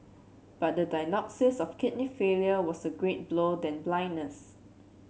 but the diagnosis of kidney failure was a greater blow than blindness